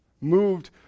moved